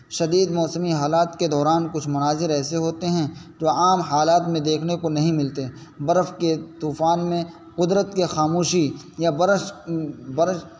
شدید موسمی حالات کے دوران کچھ مناظر ایسے ہوتے ہیں جو عام حالات میں دیکھنے کو نہیں ملتے برف کے طوفان میں قدرت کی خاموشی یا برش برش